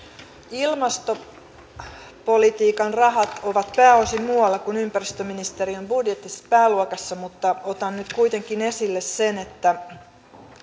ilmastopolitiikan rahat ovat pääosin muualla kuin ympäristöministeriön pääluokassa mutta otan nyt kuitenkin esille sen että